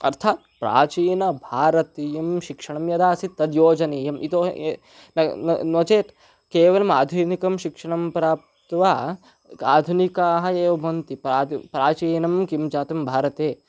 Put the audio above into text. अर्थात् प्राचीनभारतीयं शिक्षणं यद् आसीत् तद् योजनीयं यतो हि ये न न नो चेत् केवलम् आधुनिकं शिक्षणं प्राप्य आधुनिकाः एव भवन्ति प्रादु प्राचीनं किं जातं भारते